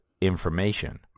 information